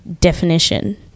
definition